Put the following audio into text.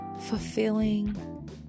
fulfilling